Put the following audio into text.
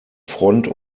front